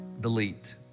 delete